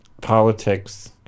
politics